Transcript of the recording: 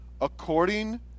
according